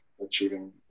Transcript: achieving